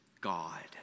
God